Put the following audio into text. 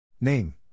Name